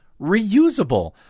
reusable